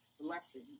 blessing